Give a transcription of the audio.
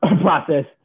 process